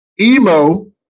emo